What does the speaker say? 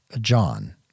John